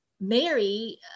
mary